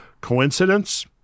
Coincidence